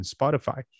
Spotify